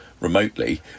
remotely